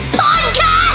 podcast